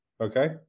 Okay